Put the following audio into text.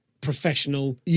professional